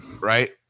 right